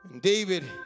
David